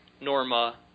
Norma